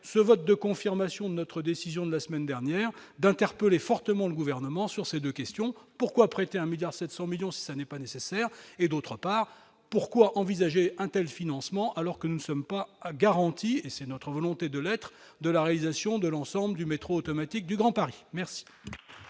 ce vote de confirmation de notre décision de la semaine dernière d'interpeller fortement le gouvernement sur ces 2 questions : pourquoi prêter 1 milliard 700 millions ce n'est pas nécessaire et, d'autre part, pourquoi envisager untel financement alors que nous ne sommes pas garanti et c'est notre volonté de l'être de la réalisation de l'ensemble du métro automatique du Grand Paris, merci.